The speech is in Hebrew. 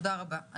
תודה רבה.